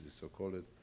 so-called